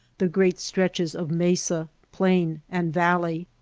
the great stretches of mesa, plain and valley?